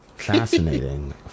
fascinating